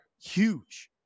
huge